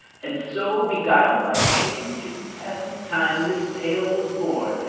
and so, beguiled by change and passing time, this tale was born,